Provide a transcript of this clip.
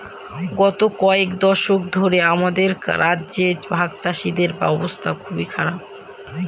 গত কয়েক দশক ধরে আমাদের রাজ্যে ভাগচাষীদের অবস্থা খুব খারাপ